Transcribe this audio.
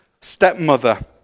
stepmother